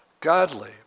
godly